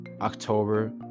October